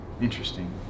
Interesting